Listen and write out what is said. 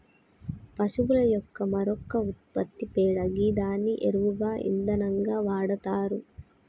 పశువుల యొక్క మరొక ఉత్పత్తి పేడ గిదాన్ని ఎరువుగా ఇంధనంగా వాడతరు